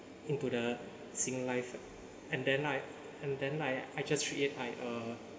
into the Singlife and then I and then I then I just create like uh